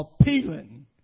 appealing